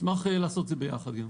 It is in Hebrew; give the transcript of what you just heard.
נשמח לעשות את זה ביחד גם.